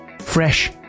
fresh